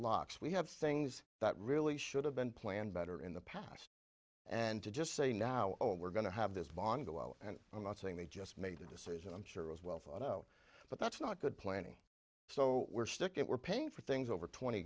locks we have things that really should have been planned better in the past and to just say now or we're going to have this bomb go out and i'm not saying they just made the decision i'm sure as well thought out but that's not good planning so we're sticking we're paying for things over twenty